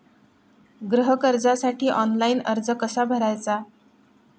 गृह कर्जासाठी ऑनलाइन अर्ज कसा भरायचा?